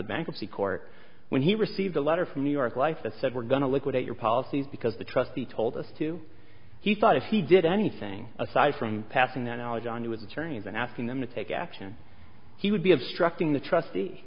the bankruptcy court when he received a letter from new york life that said we're going to liquidate your policies because the trustee told us to he thought if he did anything aside from passing that knowledge on to his attorneys and asking them to take action he would be obstructing the trustee